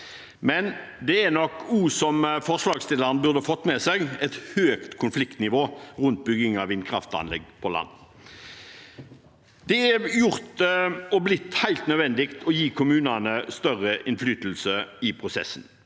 men det er nok også, som forslagsstillerne burde ha fått med seg, et høyt konfliktnivå rundt bygging av vindkraftanlegg på land. Det er blitt helt nødvendig å gi kommunene større innflytelse i prosessen.